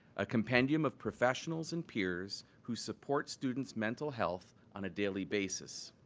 a compendium of professionals and peers who support students' mental health on a daily basis.